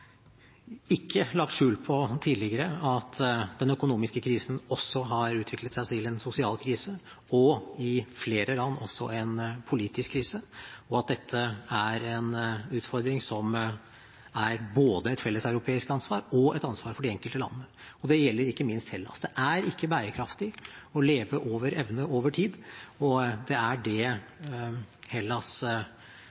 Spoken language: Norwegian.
ikke tidligere lagt skjul på at den økonomiske krisen også har utviklet seg til en sosial krise, og i flere land også en politisk krise, og at dette er en utfordring som er både et felles europeisk ansvar og et ansvar for de enkelte land. Det gjelder ikke minst Hellas. Det er ikke bærekraftig å leve over evne over tid, og det er dét Hellas